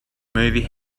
movie